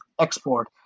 export